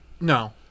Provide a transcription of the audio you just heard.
No